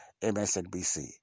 MSNBC